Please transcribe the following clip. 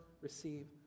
receive